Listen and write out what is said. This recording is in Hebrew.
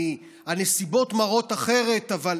הנסיבות מראות אחרת, אבל